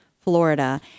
Florida